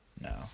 No